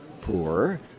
poor